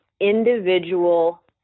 individual